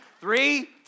Three